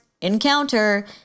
Encounter